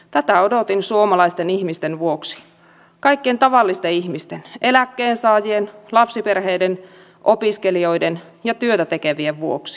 tätä odotin suomalaisten ihmisten vuoksi kaikkien tavallisten eläkkeensaajien lapsiperheiden opiskelijoiden ja työtä tekevien vuoksi